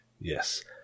Yes